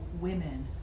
women